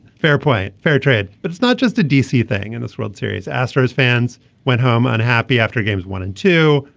fair point fair trade but it's not just the d c. thing and its world series. astros fans went home unhappy after games one and two.